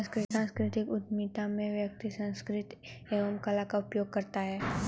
सांस्कृतिक उधमिता में व्यक्ति संस्कृति एवं कला का उपयोग करता है